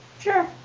Sure